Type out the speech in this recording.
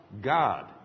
God